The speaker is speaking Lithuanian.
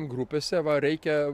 grupėse va reikia